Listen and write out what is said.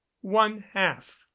one-half